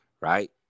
right